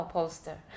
Poster